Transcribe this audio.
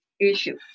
issue